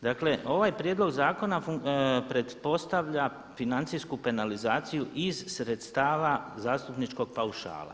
Dakle, ovaj prijedlog zakona pretpostavlja financijsku penalizaciju iz sredstava zastupničkog paušala.